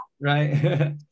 Right